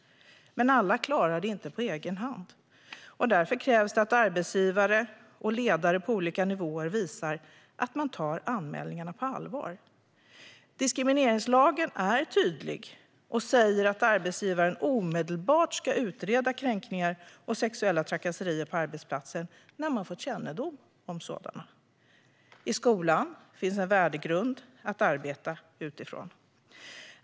Men alla klarar inte det på egen hand. Därför krävs det att arbetsgivare och ledare på olika nivåer visar att man tar anmälningarna på allvar. Diskrimineringslagen är tydlig och säger att arbetsgivaren omedelbart ska utreda kränkningar och sexuella trakasserier på arbetsplatsen när man fått kännedom om sådana. I skolan finns en värdegrund att arbeta utifrån.